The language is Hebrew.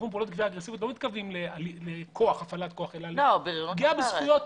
אגרסיביות ולא הפעלת כוח --- בריונות אחרת.